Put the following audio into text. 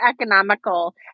economical